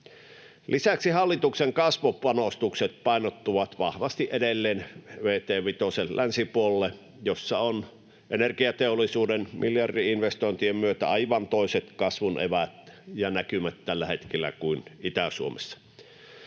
Lisäksi hallituksen kasvupanostukset painottuvat vahvasti edelleen vt 5:n länsipuolelle, jossa on energiateollisuuden miljardi-investointien myötä aivan toiset kasvun eväät ja näkymät tällä hetkellä kuin Itä-Suomessa.